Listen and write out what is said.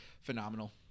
phenomenal